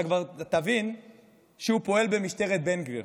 אתה כבר תבין שהוא פועל במשטרת בן גביר,